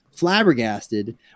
flabbergasted